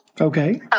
Okay